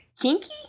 Kinky